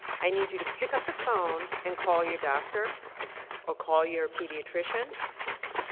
i need you to pick up the phone and call your doctor or call your pediatrician